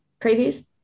Previews